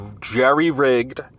jerry-rigged